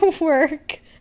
work